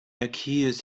accused